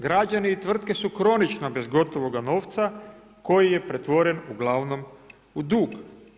Građani i tvrtke su kronično bez gotovoga novca koji je pretvoren uglavnom u dug.